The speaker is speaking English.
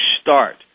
start